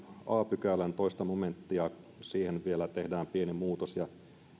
a pykälän toiseen momenttiin vielä tehdään pieni muutos ja